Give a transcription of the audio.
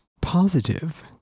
positive